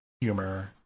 humor